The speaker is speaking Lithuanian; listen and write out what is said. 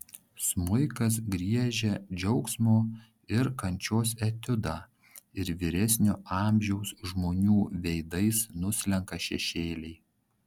smuikas griežia džiaugsmo ir kančios etiudą ir vyresnio amžiaus žmonių veidais nuslenka šešėliai